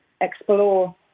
explore